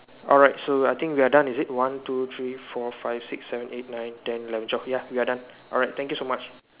alright so I think we are done is it one two three four five six seven eight nine ten eleven twelve ya we are done alright thank you so much